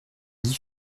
lit